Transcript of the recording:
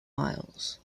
miles